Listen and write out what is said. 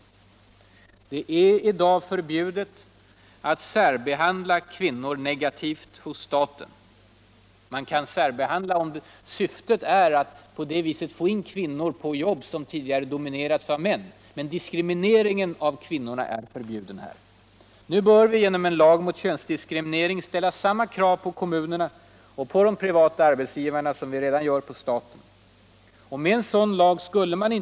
Det är i dag förbjudet att särbehandla kvinnor negativt hos staten. Man kan ”särbehandla” om syftet är att på det sättet få in kvinnor på jobb som tidigare dominerats av män. Men diskrimineringen av kvinnorna är förbjuden. Nu bör vi genom en lag mot könsdiskriminering ställa sammaa kruv på kommunerna och på de privata arbetsgivarna som vi redan gör på staten. Med en säådan lag skulle man t. ox.